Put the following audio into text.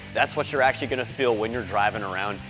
that's what you're actually gonna feel when you're driving around,